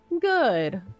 good